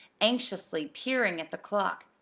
anxiously peering at the clock.